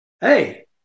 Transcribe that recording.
hey